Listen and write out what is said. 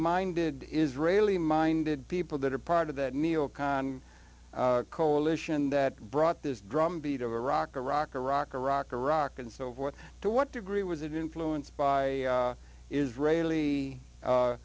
minded israeli minded people that are part of that me or con coalition that brought this drumbeat of iraq iraq iraq iraq iraq and so forth to what degree was it in flu it's by israeli